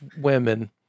women